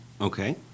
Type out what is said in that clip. Okay